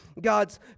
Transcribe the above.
God's